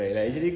ya